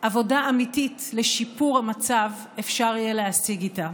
עבודה אמיתית לשיפור המצב אפשר יהיה להשיג איתה.